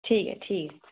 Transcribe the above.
ठीक ऐ ठीक ऐ